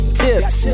tips